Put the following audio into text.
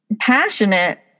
passionate